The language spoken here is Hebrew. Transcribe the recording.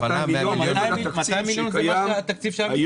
יהיה במשרד החינוך,